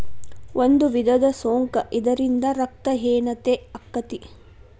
ಒಂದು ವಿಧದ ಸೊಂಕ ಇದರಿಂದ ರಕ್ತ ಹೇನತೆ ಅಕ್ಕತಿ